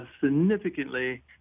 significantly